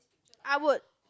I would